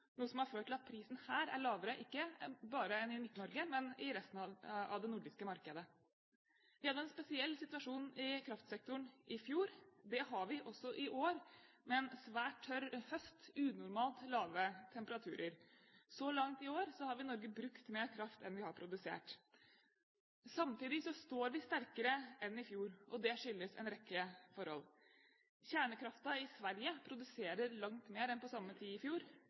noe som har ført til at prisen her er lavere – ikke bare enn i Midt-Norge, men i resten av det nordiske markedet. Vi hadde en spesiell situasjon i kraftsektoren i fjor. Det har vi også i år, med en svært tørr høst og unormalt lave temperaturer. Så langt i år har vi i Norge brukt mer kraft enn vi har produsert. Samtidig står vi sterkere enn i fjor, og det skyldes en rekke forhold. Det produseres langt mer kjernekraft i Sverige enn på samme tid i fjor.